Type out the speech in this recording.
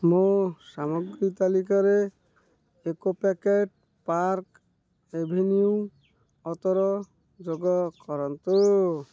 ମୋ ସାମଗ୍ରୀ ତାଲିକାରେ ଏକ ପ୍ୟାକେଟ୍ ପାର୍କ୍ ଏଭିନ୍ୟୁ ଅତର ଯୋଗ କରନ୍ତୁ